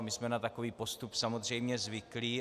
My jsme na takový postup samozřejmě zvyklí.